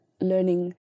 learning